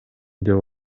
деп